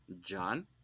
john